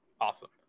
awesome